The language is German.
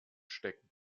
stecken